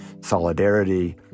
solidarity